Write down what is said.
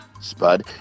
Spud